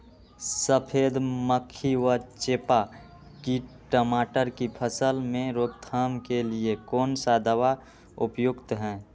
सफेद मक्खी व चेपा की टमाटर की फसल में रोकथाम के लिए कौन सा दवा उपयुक्त है?